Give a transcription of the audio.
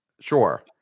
Sure